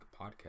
podcast